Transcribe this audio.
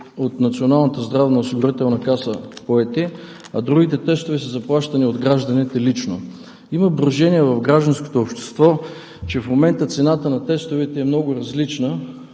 от Националната здравноосигурителна каса, а другите тестове са заплащани лично от гражданите. Има брожение в гражданското общество, че в момента цената на тестовете е много различна.